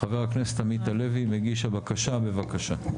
חבר הכנסת עמית הלוי מגיש הבקשה בבקשה.